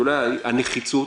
הנחיצות.